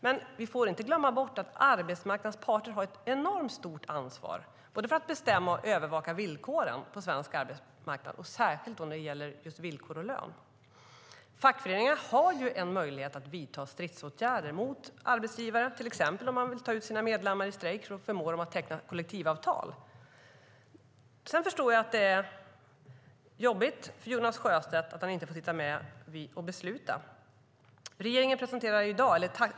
Men vi får inte glömma bort att arbetsmarknadens parter har ett enormt stort ansvar både för att bestämma och för att övervaka villkoren på svensk arbetsmarknad, och särskilt när det gäller villkor och lön. Fackföreningarna har en möjlighet att vidta stridsåtgärder mot arbetsgivare, till exempel om de vill ta ut sina medlemmar i strejk för att förmå arbetsgivarna att teckna kollektivavtal. Jag förstår att det är jobbigt för Jonas Sjöstedt att han inte får sitta med och fatta beslut.